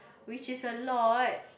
which is a lot